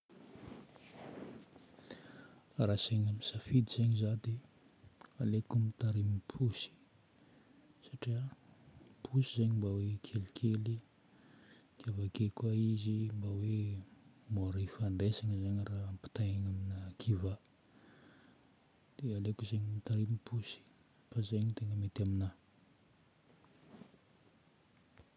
Raha asaigna misafidy zaigny za dia aleoko mitarimo posy satria posy zagny mba hoe kelikely, dia avake koa izy mbô hoe mora ifandraisana zagny raha hoe ampitahaina amin'ny kiva. Dia aleoko zagny mitarimo posy fa zay no tegna mety aminahy.